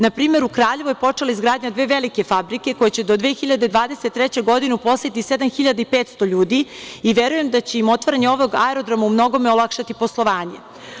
Na primer, u Kraljevu je počela izgradnja dve velike fabrike, koje će do 2023. godine uposliti 7.500 ljudi i verujem da će im otvaranje ovog aerodroma umnogome olakšati poslovanje.